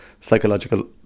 psychological